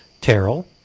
Terrell